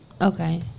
Okay